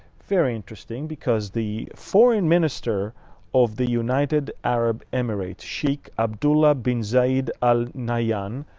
very interesting, because the foreign minister of the united arab emirates, sheikh abdullah bin zayed al nahyan,